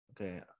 Okay